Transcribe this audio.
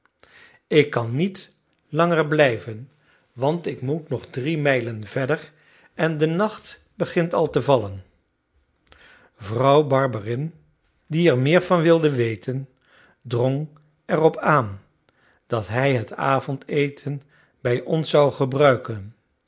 ik kan niet langer blijven want ik moet nog drie mijlen verder en de nacht begint al te vallen vrouw barberin die er meer van wilde weten drong er op aan dat hij het avondeten bij ons zou gebruiken